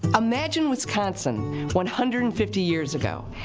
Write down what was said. imagine wisconsin one hundred and fifty years ago.